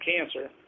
cancer